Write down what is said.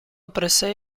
prese